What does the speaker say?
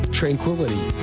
tranquility